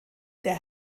der